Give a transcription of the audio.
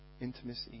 intimacy